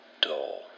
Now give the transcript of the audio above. dull